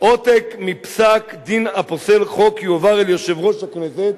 עותק מפסק-דין הפוסל חוק יועבר ליושב-ראש הכנסת,